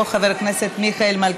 של חבר הכנסת מיכאל מלכיאלי.